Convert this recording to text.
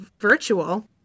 virtual